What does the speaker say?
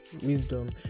wisdom